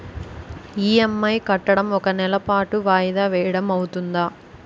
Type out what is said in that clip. EMI కట్టడం ఒక నెల పాటు వాయిదా వేయటం అవ్తుందా?